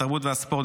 התרבות והספורט,